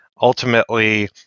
Ultimately